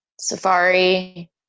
Safari